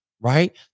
right